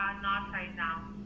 not right now.